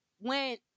went